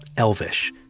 elvish.